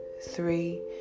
three